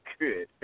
good